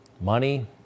Money